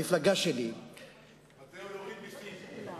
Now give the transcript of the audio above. המפלגה שלי, על זה הוא יוריד מסים.